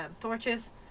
torches